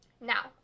Now